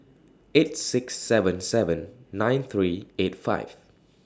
eight six seven seven nine three eight five